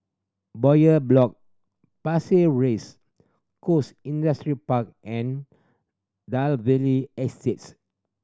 Bowyer Block Pasir Ris Coast Industrial Park and Dalvey Estate